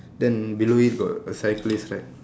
then below it got a cyclist right